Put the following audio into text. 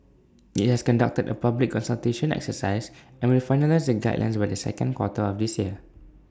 IT has conducted A public consultation exercise and will finalise the guidelines by the second quarter of this year